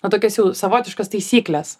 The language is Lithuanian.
na tokias jau savotiškas taisykles